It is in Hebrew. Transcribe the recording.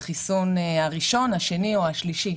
בחיסון הראשון, השני או השלישי.